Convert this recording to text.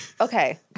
okay